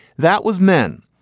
that was men.